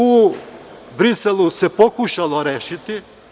U Briselu se pokušalo rešiti.